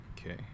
Okay